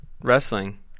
wrestling